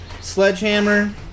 Sledgehammer